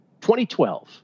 2012